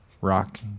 Rock